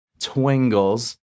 Twingles